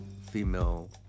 female